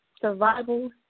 survival